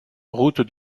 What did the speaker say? route